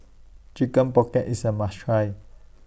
Chicken Pocket IS A must Try